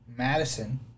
Madison